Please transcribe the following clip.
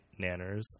nanners